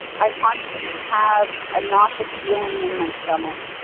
i constantly have a nauseous feeling in my stomach.